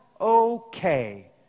okay